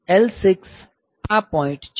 L6 આ point છે